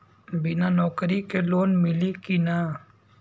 बिना नौकरी के लोन मिली कि ना?